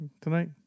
tonight